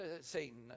Satan